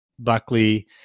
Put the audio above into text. Buckley